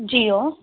Jio